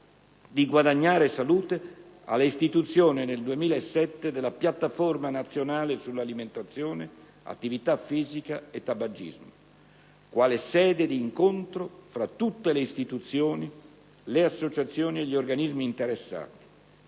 di "guadagnare salute", alla istituzione nel 2007 della "Piattaforma nazionale sull'alimentazione, l'attività fisica e il tabagismo", quale sede d'incontro fra tutte le istituzioni, le associazioni e gli organismi interessati